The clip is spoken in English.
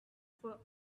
for